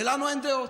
ולנו אין דעות,